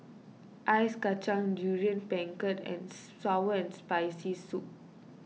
Ice Kachang Durian Pengat and Sour Spicy Soup